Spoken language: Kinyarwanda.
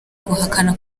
guhakana